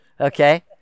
Okay